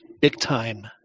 big-time